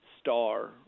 star